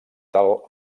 tal